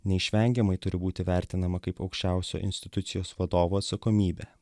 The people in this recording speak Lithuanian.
neišvengiamai turi būti vertinama kaip aukščiausio institucijos vadovo atsakomybė